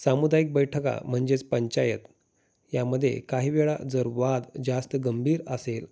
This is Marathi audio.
सामुदायिक बैठका म्हणजेच पंचायत यामध्ये काही वेळा जर वाद जास्त गंभीर असेल